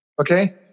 okay